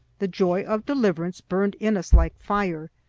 the joy of deliverance burned in us like fire,